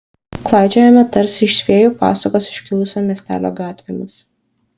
klaidžiojame tarsi iš fėjų pasakos iškilusio miestelio gatvėmis